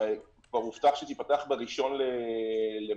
שכבר הובטח שתיפתח ב-1 במאי,